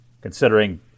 considering